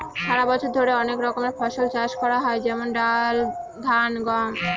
সারা বছর ধরে অনেক রকমের ফসল চাষ করা হয় যেমন ধান, ডাল, গম